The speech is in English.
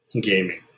gaming